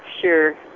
sure